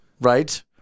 Right